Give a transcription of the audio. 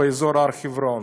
באזור הר חברון.